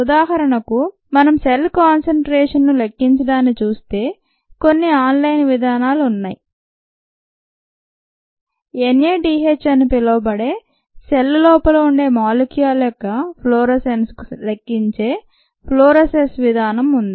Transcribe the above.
ఉదాహరణకు మనం cell concentration ను లెక్కించడాన్ని చూస్తే కొన్ని ఆన్ లైన్ విధానాలు న్నాయి NADH అని పిలవబడే సెల్ లోపల ఉండే మాలిక్యూల్ యొక్క ఫ్లోరోసెన్స్ ను లెక్కించే ఫ్లోరోసెన్స్ విధానం ఉంది